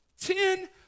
ten